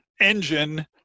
engine